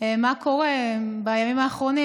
מה קורה בימים האחרונים.